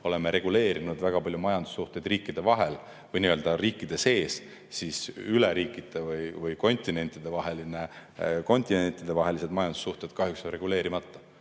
oleme reguleerinud väga palju majandussuhteid riikide vahel või riikide sees, siis üle riikide [toimivad] või kontinentidevahelised majandussuhted kahjuks on reguleerimata.